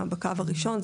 המשפחה, בקו הראשון.